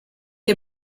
est